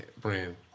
brand